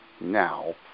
now